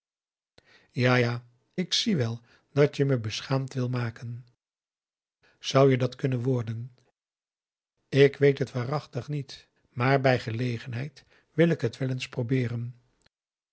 ja ja ik zie wel dat je me beschaamd wil maken zou je dat kunnen worden ik weet het waarachtig niet maar bij gelegenheid wil ik het wel eens probeeren